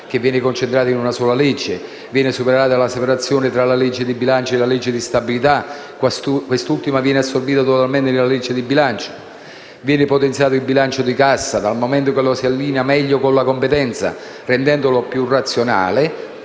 viene concentrato in una sola legge e viene superata la separazione tra legge di bilancio e legge di stabilità e quest'ultima viene assorbita nella legge di bilancio. In secondo luogo, viene potenziato il bilancio di cassa, dal momento che lo si allinea meglio con la competenza, rendendolo più razionale